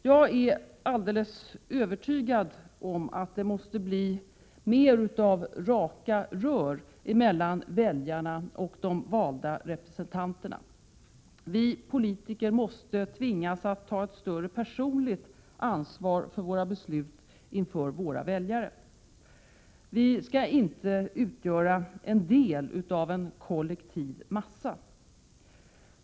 Jag är alldeles övertygad om att det måste bli mer av raka rör mellan väljarna och de valda representanterna. Vi politiker måste tvingas att ta ett större personligt ansvar för våra beslut inför våra väljare. Vi skallinte utgöra en del av en kollektiv massa.